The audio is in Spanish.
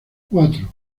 cuatro